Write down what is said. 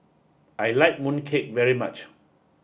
I like mooncake very much